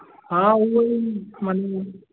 हां हूअं ई